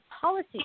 policy